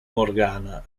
morgana